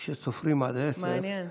מעניין.